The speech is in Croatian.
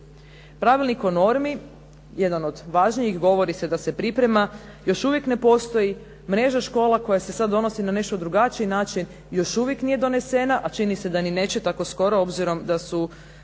Pravilnik o normi, jedan od važnijih, govori se da se priprema, još uvijek ne postoji, mreža škola koja se sad donosi na nešto drugačiji način još uvijek nije donesena, a čini se da ni neće tako skoro obzirom da su